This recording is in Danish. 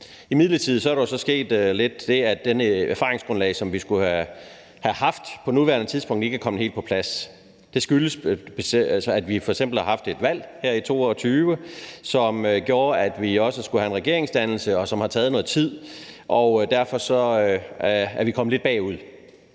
Imidlertid er der jo så sket det, at det erfaringsgrundlag, som vi skulle have haft på nuværende tidspunkt, ikke er kommet helt på plads. Det skyldes f.eks., at vi har haft et valg her i 2022, som gjorde, at vi også skulle have en regeringsdannelse, som har taget noget tid, og derfor er vi kommet lidt bagud.